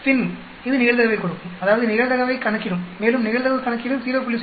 F inv இது நிகழ்தகவைக் கொடுக்கும் அதாவது நிகழ்தகவைக் கணக்கிடும் மேலும் நிகழ்தகவு கணக்கீடு 0